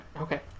Okay